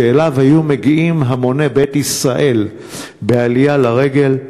שאליו היו מגיעים המוני בית ישראל בעלייה לרגל,